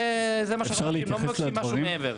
זה מה שאנחנו צריכים, לא מבקשים משהו מעבר.